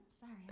sorry